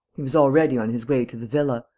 he was already on his way to the villa.